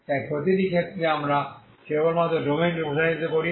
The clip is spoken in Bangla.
তাই প্রতিটি ক্ষেত্রে আমরা কেবলমাত্র ডোমেইনকে প্রসারিত করি